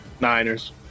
Niners